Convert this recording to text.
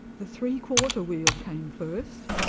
the three quarter wheel came first,